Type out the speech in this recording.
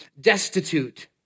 destitute